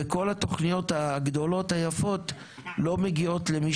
וכל התוכניות הגדולות היפות לא מגיעות למי